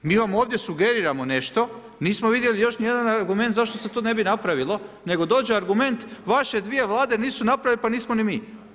Mi vam ovdje sugeriramo nešto, nismo vidjeli još ni jedan argument zašto se to ne bi napravilo, nego dođe argument, vaše dvije Vlade nisu napravile, pa nismo ni mi.